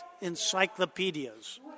encyclopedias